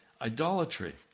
idolatry